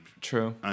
True